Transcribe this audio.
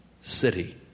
city